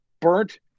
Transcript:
burnt